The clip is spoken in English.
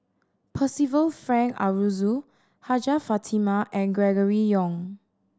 Percival Frank Aroozoo Hajjah Fatimah and Gregory Yong